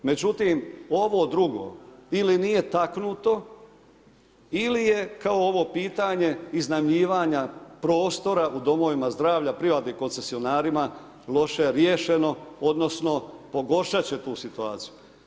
Međutim, ovo drugo ili nije taknuto ili je kao ovo pitanje iznajmljivanja prostora u domovima zdravlja privatnim koncesionarima loše riješeno odnosno pogoršati će tu situaciju.